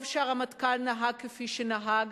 טוב שהרמטכ"ל נהג כפי שנהג.